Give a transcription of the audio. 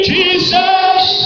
Jesus